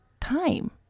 time